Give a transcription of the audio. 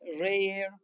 rare